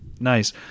Nice